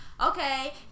okay